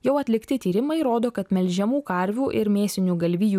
jau atlikti tyrimai rodo kad melžiamų karvių ir mėsinių galvijų